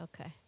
okay